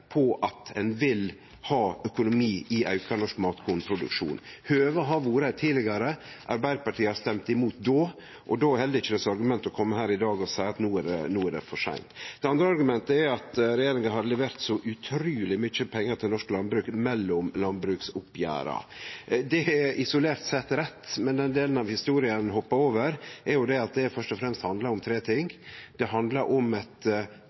vil ha økonomi til auka norsk matkornproduksjon. Høvet har vore her tidlegare, Arbeidarpartiet har stemt imot då, og då held det ikkje som argument å kome her i dag og seie at no er det for seint. Det andre argumentet er at regjeringa har levert så utruleg mykje pengar til norsk landbruk mellom landbruksoppgjera. Det er isolert sett rett, men den delen av historia ein hoppar over, er at det fyrst og fremst handlar om tre ting: Det handlar om eit